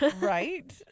Right